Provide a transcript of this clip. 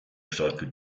starke